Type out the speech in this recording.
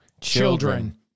Children